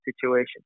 situation